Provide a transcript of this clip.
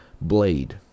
Blade